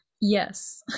Yes